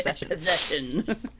possession